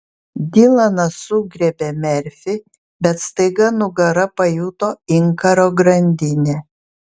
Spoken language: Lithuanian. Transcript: dilanas sugriebė merfį bet staiga nugara pajuto inkaro grandinę